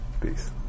Peace